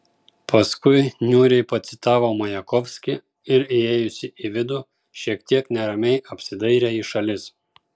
paskui niūriai pacitavo majakovskį ir įėjusi į vidų šiek tiek neramiai apsidairė į šalis